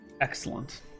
Excellent